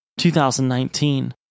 2019